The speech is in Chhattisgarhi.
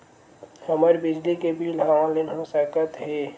हमर बिजली के बिल ह ऑनलाइन हो सकत हे?